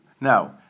Now